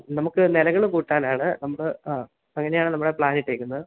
നമുക്ക് നിലകൾ കൂട്ടാനാണ് നമ്മൾ ആ അങ്ങനെയാണ് നമ്മൾ പ്ലാന് ഇട്ടേക്കുന്നത്